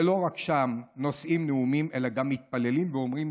ושם לא רק נושאים נאומים אלא גם מתפללים ואומרים